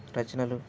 రచనలు